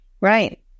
Right